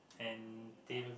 and till